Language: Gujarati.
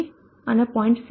3 અને 0